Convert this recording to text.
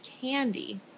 candy